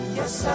yes